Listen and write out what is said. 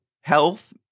health